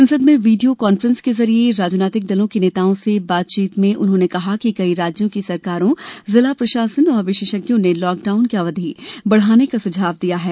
संसद में video conference के जरिये राजनीतिक दलों के नेताओं से बातचीत में उन्होंने कहा कि कई राज्यों की सरकारों जिला प्रशासनों और विशेषज्ञों ने लॉकडाउन की अवधि बढ़ाने का सुझाव दिया है